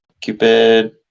cupid